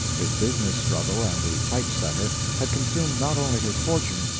his business struggle and the type-setter had consumed not only his fortune,